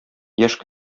яшь